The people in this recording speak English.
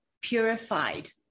purified